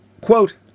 quote